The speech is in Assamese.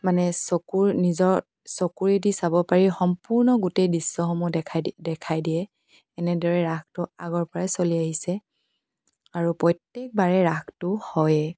মানে চকুৰ নিজৰ চকুৰেদি চাব পাৰি সম্পূৰ্ণ গোটেই দৃশ্যসমূহ দেখাই দি দেখাই দিয়ে এনেদৰে ৰাসটো আগৰ পৰাই চলি আহিছে আৰু প্ৰত্যেকবাৰে ৰাসটো হয়েই